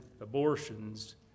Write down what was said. abortions